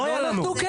לא היו לנו.